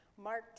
Mark